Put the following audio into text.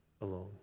alone